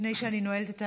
לפני שאני נועלת?